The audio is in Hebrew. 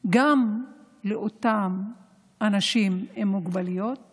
גם לאותם אנשים עם מוגבלויות